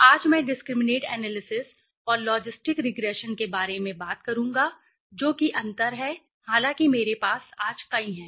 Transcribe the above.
आज मैं discriminant analysis और लॉजिस्टिक रिग्रेशन के बारे में बात करूंगा जो कि अंतर है हालांकि हमारे पास आज कई हैं